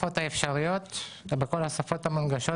הוא בכל השפות האפשריות,